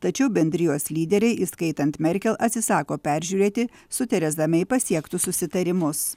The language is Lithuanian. tačiau bendrijos lyderiai įskaitant merkel atsisako peržiūrėti su tereza mei pasiektus susitarimus